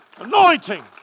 Anointing